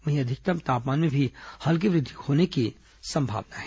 वहीं अधिकतम तापमान में भी हल्की वृद्धि होने की संभावना है